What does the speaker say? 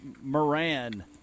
Moran